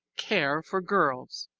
care for girls